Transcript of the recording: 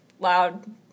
Loud